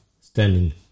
standing